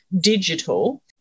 digital